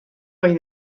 ohi